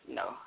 no